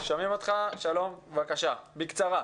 בבקשה, בקצרה.